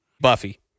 Buffy